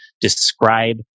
describe